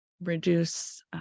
reduce